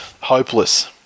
hopeless